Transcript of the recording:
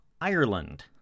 Ireland